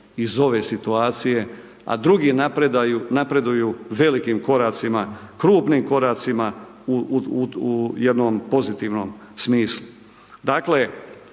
iz ove situacije a drugi napreduju velikim koracima, krupnim koracima u jednom pozitivnom smislu.